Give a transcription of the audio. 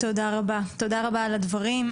תודה רבה על הדברים.